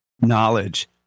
knowledge